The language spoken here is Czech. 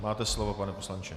Máte slovo, pane poslanče.